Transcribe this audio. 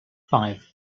five